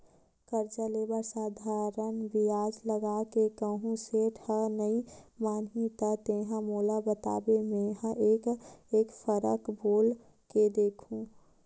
करजा ले बर साधारन बियाज लगा के कहूँ सेठ ह नइ मानही त तेंहा मोला बताबे मेंहा एक फरक बोल के देखहूं